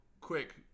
quick